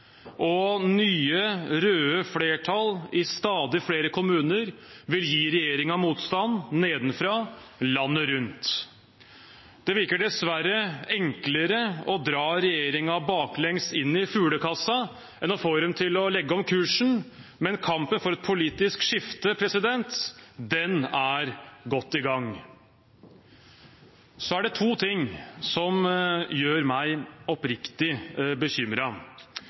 og nye røde flertall i stadig flere kommuner vil gi motstand nedenfra landet rundt. Det virker dessverre enklere å dra regjeringen baklengs inn i fuglekassa enn å få dem til å legge om kursen, men kampen for et politisk skifte er godt i gang. Så er det to ting som gjør meg oppriktig